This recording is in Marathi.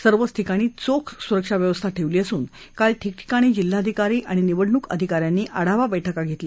सर्वच ठिकाणी चोख सुरक्षा व्यवस्था ठेवली असून काल ठिकठिकाणी जिल्हाधिकारी आणि निवडणूक अधिकाऱ्यांनी आढावा बैठका घेतल्या